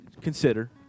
consider